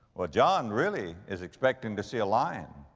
well, john, really is expecting to see a lion.